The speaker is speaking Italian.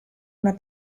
una